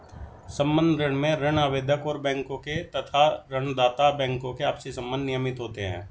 संबद्ध ऋण में ऋण आवेदक और बैंकों के तथा ऋण दाता बैंकों के आपसी संबंध नियमित होते हैं